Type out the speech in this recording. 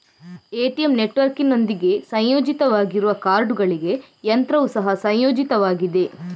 ATM ನೆಟ್ವರ್ಕಿನೊಂದಿಗೆ ಸಂಯೋಜಿತವಾಗಿರುವ ಕಾರ್ಡುಗಳಿಗೆ ಯಂತ್ರವು ಸಹ ಸಂಯೋಜಿತವಾಗಿದೆ